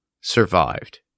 survived